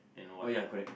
oh ya correct